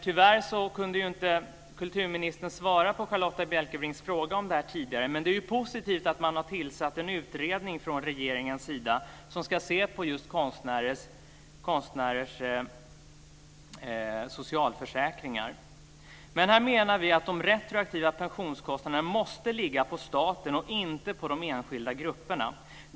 Tyvärr kunde inte kulturministern svara på Charlotta Bjälkebrings fråga om detta tidigare. Men det är positivt att man har tillsatt en utredning från regeringens sida som ska se på just konstnärers socialförsäkringar. Men här menar vi att de retroaktiva pensionskostnaderna måste ligga på staten och inte på de enskilda grupperna.